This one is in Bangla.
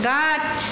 গাছ